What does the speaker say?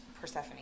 Persephone